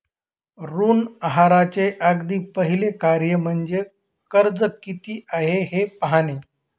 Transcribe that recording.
ऋण आहाराचे अगदी पहिले कार्य म्हणजे कर्ज किती आहे हे पाहणे